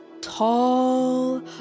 Tall